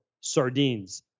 sardines